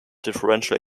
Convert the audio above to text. differential